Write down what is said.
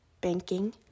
banking